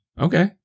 Okay